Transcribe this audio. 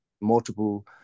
multiple